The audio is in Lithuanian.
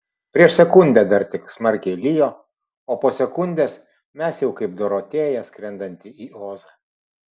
prieš sekundę dar tik smarkiai lijo o po sekundės mes jau kaip dorotėja skrendanti į ozą